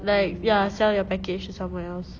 like ya sell your package to someone else